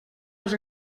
els